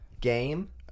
Game